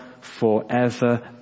forever